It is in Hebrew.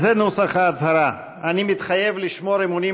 וזה נוסח ההצהרה: אני מתחייב לשמור אמונים